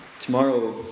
Tomorrow